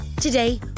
Today